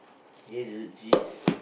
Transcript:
okay dude geez